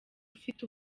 ufite